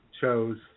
chose